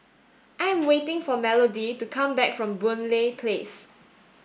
I am waiting for Melodie to come back from Boon Lay Place